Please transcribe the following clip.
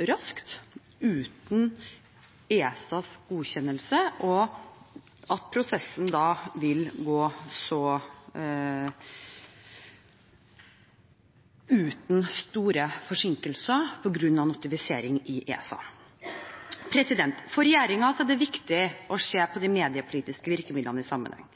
raskt uten ESAs godkjennelse, og at prosessen da vil gå uten store forsinkelser på grunn av notifisering i ESA. For regjeringen er det viktig å se de mediepolitiske virkemidlene i sammenheng.